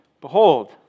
Behold